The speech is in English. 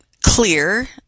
clear